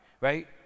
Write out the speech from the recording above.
Right